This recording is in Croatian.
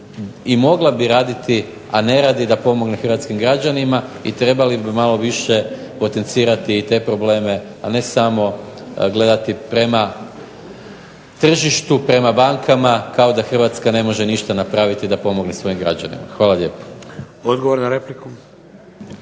i mogla bi raditi a ne radi da pomogne Hrvatskim građanima i trebali bi malo više potencirati te probleme a ne samo gledati prema tržištu, prema bankama, kao da Hrvatska ne može ništa napraviti da pomogne svojim građanima. Hvala lijepo. **Šeks,